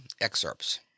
excerpts